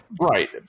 right